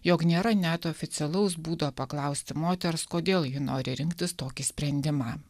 jog nėra net oficialaus būdo paklausti moters kodėl ji nori rinktis tokį sprendimą